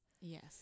Yes